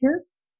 kids